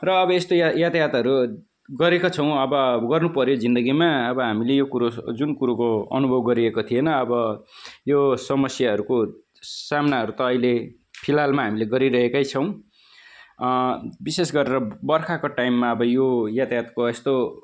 र अब यस्तो यातायातहरू गरेका छौँ अब गर्नु पर्यो जिन्दगीमा अब हामीले यो कुरो जुन कुरोको अनुभव गरिएको थिएन अब यो समस्याहरूको सामनाहरू त अहिले फिलहालमा हामीले गरिरहेकै छौँ विशेष गरेर बर्खाको टाइममा अब यो यातायातको यस्तो